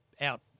out